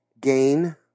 gain